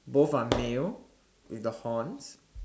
both are male with the horns